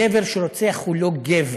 גבר שרוצח הוא לא גבר.